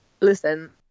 listen